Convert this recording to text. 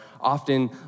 often